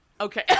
Okay